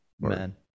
Man